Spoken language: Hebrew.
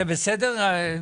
זה בסדר?